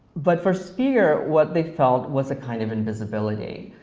but for sphere, what they felt was a kind of invisibility.